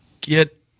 get